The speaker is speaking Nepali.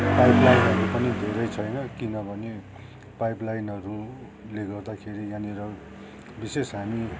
पाइपलाइनहरू पनि धेरै छैन किनभने पाइपलाइनहरूले गर्दाखेरि यहाँनिर विशेष हामी